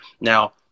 Now